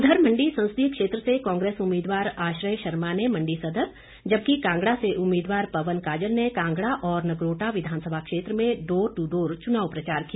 उधर मंडी संसदीय क्षेत्र से कांग्रेस उम्मीदवार आश्रय शर्मा ने मंडी सदर जबकि कांगडा से उम्मीदवार पवन काजल ने कांगड़ा और नगरोटा विधानसभा क्षेत्र में डोर टू डोर चुनाव प्रचार किया